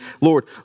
Lord